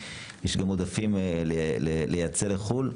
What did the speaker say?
יש גם עודפים לייצא לחו"ל.